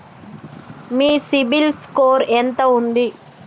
మీ CIBIL score ఎంత ఉంది?